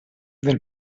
del